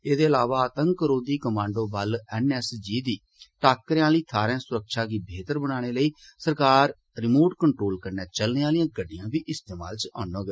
एह्दे अलावा आतंक रोधी कमांडो बल एन एस जी दी टाकरें आह्ली थाह्र सुरक्षा गी बेह्तर बनाने लेई सरकार रिर्मोट कंट्रोल कन्नै चलने आह्लियां गड्डियां बी इस्तेमाल च आनोग